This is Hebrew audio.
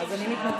אז אני מתנצלת.